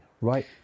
right